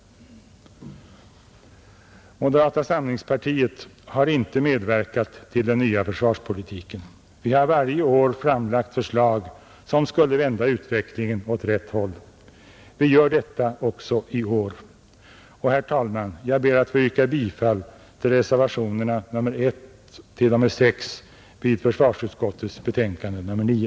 Moderata samlingspartiet har inte medverkat till den nya försvarspolitiken. Vi har varje år framlagt förslag, som skulle vända utvecklingen åt rätt håll. Vi gör detta också i år. Herr talman! Jag ber att få yrka bifall till reservationen 1 i försvarsutskottets betänkande nr 9.